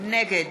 נגד